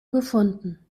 gefunden